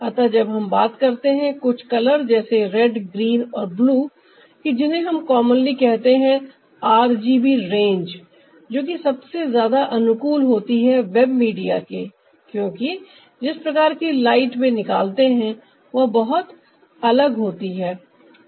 अतः जब हम बात करते हैं कुछ कलर जैसे रेड ग्रीन और ब्लू की जिन्हें हम कॉमनली कहते हैं आरजीबी रेंज जो कि सबसे ज्यादा अनुकूल होती है वेब मीडिया के क्योंकि जिस प्रकार की लाइट वे निकालते हैं वह बहुत अलग होती हैं